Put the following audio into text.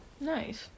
Nice